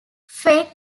fake